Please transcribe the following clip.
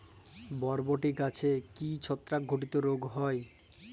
বরবটি গাছে কি ছত্রাক ঘটিত রোগ হয়?